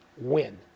win